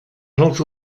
els